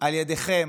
על ידכם,